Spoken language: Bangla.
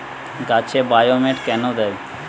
গাছে বায়োমেট কেন দেয়?